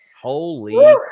holy